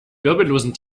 wirbellosen